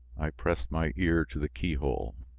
i pressed my ear to the keyhole.